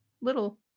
little